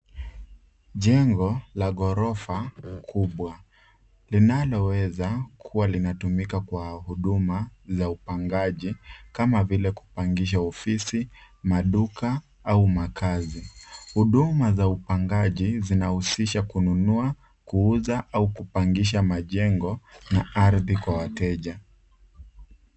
Jengo la ghorofa kubwa linalowezakuwa linatumika kwa huduma za upangaji kama vile kupangisha ofisi, maduka au makazi. Huduma za upangaji zinahusisha kununua, kuuza au kupangisha majengo na ardhi kwa wateja.